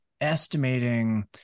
estimating